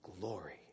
glory